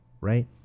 right